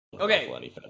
Okay